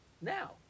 now